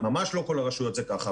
ממש לא כל הרשויות זה ככה.